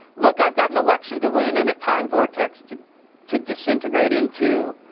look, i've got an election to win and a time vortex to to disintegrate into.